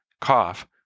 cough